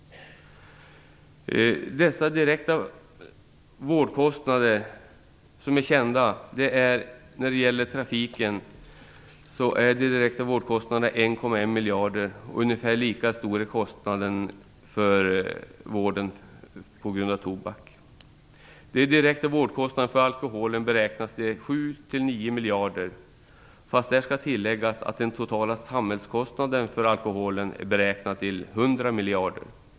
miljarder och ungefär lika stor är kostnaden för vården på grund av tobak. De direkta vårdkostnaderna för alkoholen beräknas till 7-9 miljarder. Fast där skall tilläggas att den totala samhällskostnaden för alkoholen är beräknad till 100 miljarder.